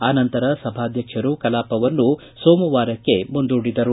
ಆ ನಂತರ ಸಭಾಧ್ಯಕ್ಷರು ಕಲಾಪವನ್ನು ಸೋಮವಾರಕ್ಕೆ ಮುಂದೂಡಿದರು